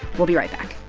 we'll be right back